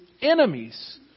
enemies